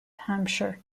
hampshire